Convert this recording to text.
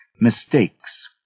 mistakes